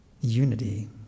unity